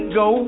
go